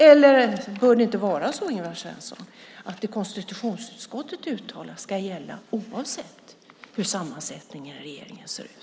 Eller bör det inte vara så, Ingvar Svensson, att det som konstitutionsutskottet uttalar ska gälla oavsett hur sammansättningen i regeringen ser ut?